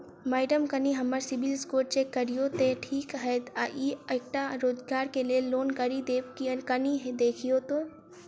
Madam कनि हम्मर CIBIL score check करियो तेँ ठीक हएत ई तऽ एकटा रोजगार केँ लैल लोन करि देब कनि देखीओत?